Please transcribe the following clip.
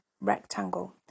rectangle